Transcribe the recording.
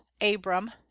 Abram